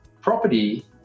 Property